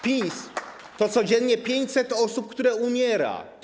PiS to codziennie 500 osób, które umierają.